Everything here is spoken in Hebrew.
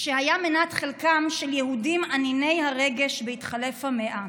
שהיה מנת חלקם של יהודים אניני הרגש בהתחלף המאה.